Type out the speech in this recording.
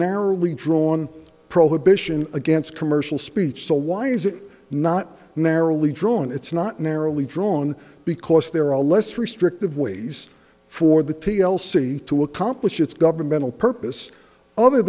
narrowly drawn prohibition against commercial speech so why is it not narrowly drawn it's not narrowly drawn because there are less restrictive ways for the t l c to accomplish its governmental purpose other